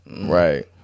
right